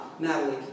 Natalie